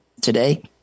today